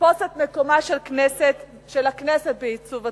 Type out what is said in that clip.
יתפוס את מקומה של הכנסת בעיצוב התקציב.